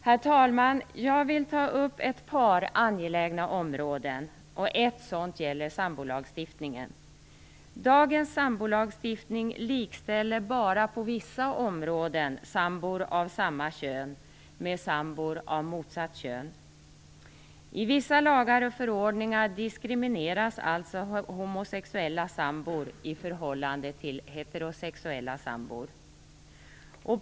Herr talman! Jag vill ta upp ett par angelägna områden. Ett sådant gäller sambolagstiftningen. Dagens sambolagstiftning likställer bara på vissa områden sambor av samma kön med sambor av motsatt kön. I vissa lagar och förordningar diskrimineras alltså homosexuella sambor i förhållande till heterosexuella sambor.